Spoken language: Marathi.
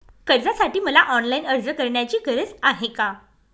कर्जासाठी मला ऑनलाईन अर्ज करण्याची गरज आहे का?